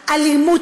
אלימות,